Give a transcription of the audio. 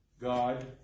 God